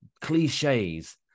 cliches